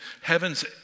heaven's